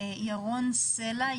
ירון סלע,